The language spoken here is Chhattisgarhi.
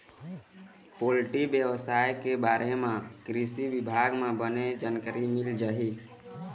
पोल्टी बेवसाय के बारे म कृषि बिभाग म बने जानकारी मिल जाही